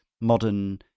modern